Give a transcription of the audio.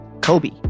Kobe